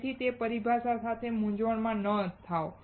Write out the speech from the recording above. તેથી તે પરિભાષા સાથે મૂંઝવણમાં ન થાઓ